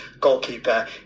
goalkeeper